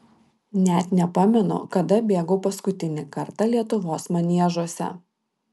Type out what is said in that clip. net nepamenu kada bėgau paskutinį kartą lietuvos maniežuose